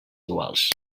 iguals